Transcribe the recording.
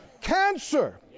Cancer